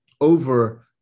over